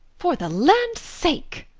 for the land's sake!